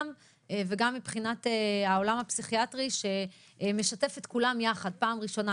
וגם מבחינת העולם הפסיכיאטרי שמשתף את כולם יחד פעם ראשונה.